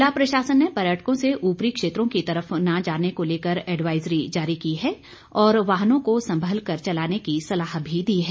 जिला प्रशासन ने पर्यटकों से ऊपरी क्षेत्रों की तरफ न जाने को लेकर एडवाइजरी जारी की है और वाहनों को संभल कर चलाने की हिदायत भी दी है